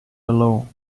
alone